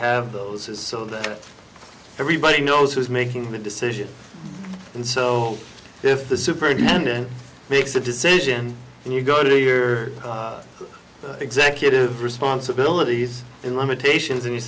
have those is so that everybody knows who is making the decisions and so if the superintendent makes a decision and you go to your executive responsibilities in limitations and you